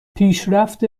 پیشرفت